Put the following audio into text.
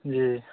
जी